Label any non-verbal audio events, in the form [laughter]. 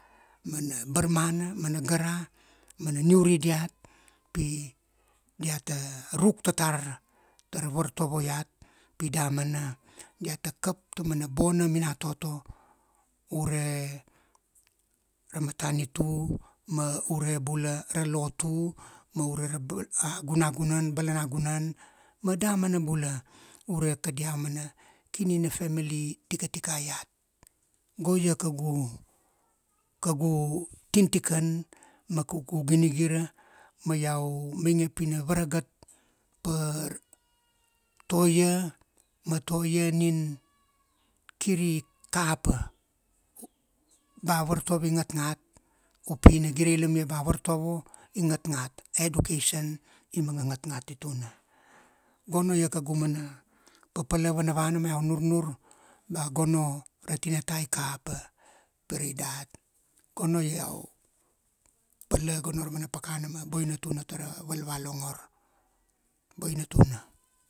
mana barmana, mana gara mana niuri diat, pi dia ta ruk tatar ta ra vartovo iat, pi damana dia ta kap ta mana bona minatoto, ure, ra matanitu ma ure bula ra lotu, ma ure ra [unintelligible] a gunagunan, bala na gunan ma damana bula, ure kadia mana kini na family tikatikai iat. Go ia kaugu, kaugu tin tikan ma kaugu ginigira ma iau mainge pi na varagat pa to ia ma to ia nin kir i kapa, [hesitation] ba a vartovo i ngat nagt, u pi na gire ilamia ba vartovo i ngat ngat, education i manga ngat ngat tituna. Gono ia kaugu mana papala vana vana ma iau nurnur ba gono ra tinata i kapa, pire dat. Gono iau pala gono ra mana pakana ma boina tuna ta ra valvalongor. Boina tuna.